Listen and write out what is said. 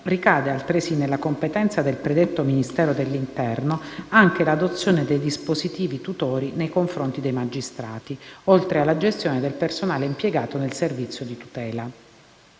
ricade, altresì, nella competenza del predetto Ministero dell'interno anche l'adozione dei dispositivi tutori nei confronti dei magistrati, oltre alla gestione del personale impiegato nel servizio di tutela.